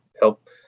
help